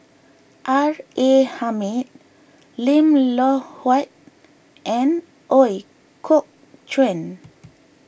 R A Hamid Lim Loh Huat and Ooi Kok Chuen